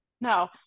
no